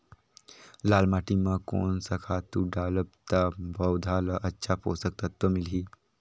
लाल माटी मां कोन सा खातु डालब ता पौध ला अच्छा पोषक तत्व मिलही?